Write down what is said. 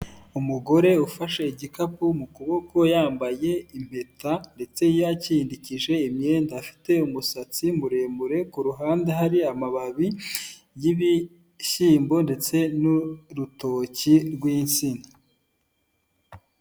Umugore ufashe igikapu mu kuboko yambaye impeta ndetse yakindikije imyenda, afite umusatsi muremure kuruhande hari amababi y'ibishyimbo ndetse n'urutoki rw'insina.